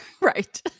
Right